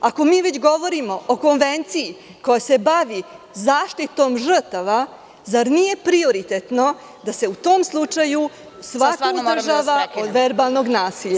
Ako mi već govorimo o konvenciji koja se bavi zaštitom žrtava, zar nije prioritetno da se u tom slučaju svako uzdržava od verbalnog nasilja.